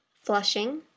Flushing